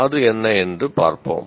அது என்ன என்று பார்ப்போம்